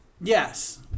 Yes